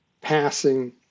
passing